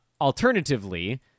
alternatively